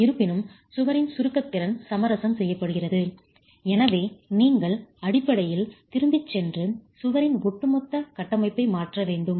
இருப்பினும் சுவரின் சுருக்க திறன் சமரசம் செய்யப்படுகிறது எனவே நீங்கள் அடிப்படையில் திரும்பிச் சென்று சுவரின் ஒட்டுமொத்த கட்டமைப்பை மாற்ற வேண்டும்